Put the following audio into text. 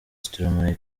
stromae